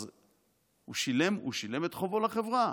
אז הוא שילם את חובו לחברה.